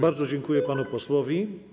Bardzo dziękuję panu posłowi.